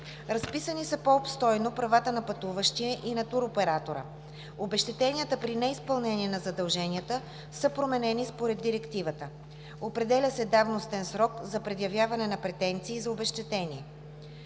Разписани са по-обстойно правата на пътуващия и на туроператора. Обезщетенията при неизпълнение на задълженията са променени според Директивата. Определя се давностен срок за предявяване на претенции за обезщетения.